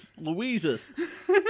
louises